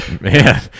man